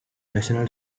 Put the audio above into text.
national